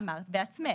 אמרת בעצמך.